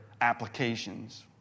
applications